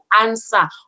answer